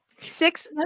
Six